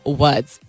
words